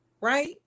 right